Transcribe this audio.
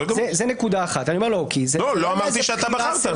לא אמרתי שאתה בחרת.